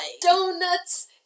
donuts